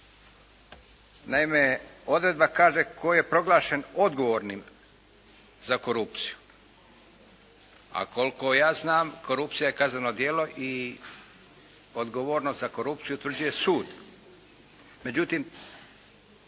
Naime, odredba kaže, tko je proglašen odgovornim za korupciju. A koliko ja znam, korupcija je kazneno djelo i odgovornost za korupciju utvrđuje sud. Međutim,